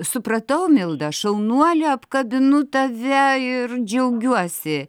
supratau milda šaunuolė apkabinu tave ir džiaugiuosi